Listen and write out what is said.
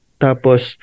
Tapos